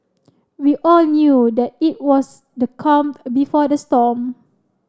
we all knew that it was the calm before the storm